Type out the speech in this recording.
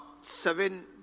seven